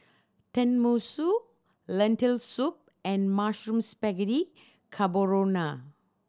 Tenmusu Lentil Soup and Mushroom Spaghetti Carbonara